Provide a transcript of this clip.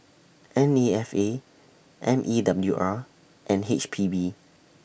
N A F A M E W R and H P B